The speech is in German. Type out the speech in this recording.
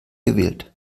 gewählt